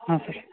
ಹಾಂ ಸರ್